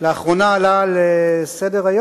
לאחרונה עלה לסדר-היום,